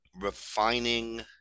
refining